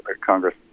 Congress